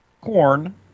corn